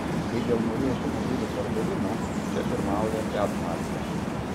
kai dėl naujų automobilių pardavimų čia pirmauja fiat markė